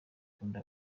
ikunda